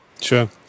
sure